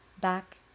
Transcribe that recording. Back